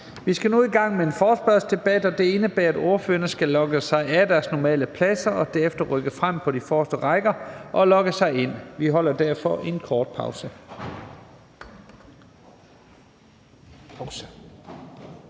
Vi skal nu i gang med en forespørgselsdebat, og det indebærer, at ordførerne skal logge sig ud på deres normale pladser og derefter rykke frem på de forreste rækker og logge sig ind der. Vi holder derfor en kort pause.